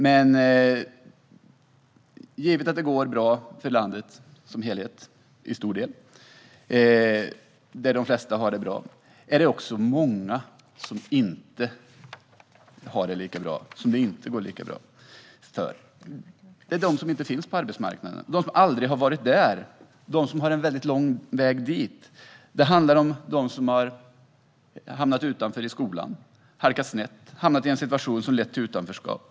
Det går alltså bra för landet som helhet - de flesta har det bra. Det är dock många som inte har det så bra och som det inte går så bra för. Det handlar om dem som inte finns på arbetsmarknaden, som aldrig har varit där eller som har en väldigt lång väg dit. Det handlar om dem som har hamnat utanför i skolan, som har halkat snett och hamnat i en situation som lett till utanförskap.